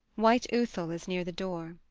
white uthal is near the door.